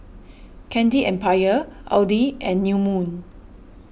Candy Empire Audi and New Moon